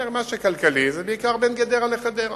אומר: מה שכלכלי זה בעיקר בין גדרה לחדרה.